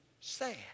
sad